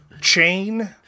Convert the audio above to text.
chain